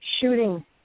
shooting